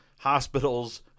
hospitals